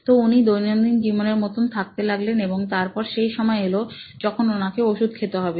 তো উনি দৈনন্দিন জীবনের মত থাকতে লাগলেন এবং তারপর সেই সময় এল যখন ওনাকে ওষুধ খেতে হবে